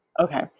Okay